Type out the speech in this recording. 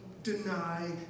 Deny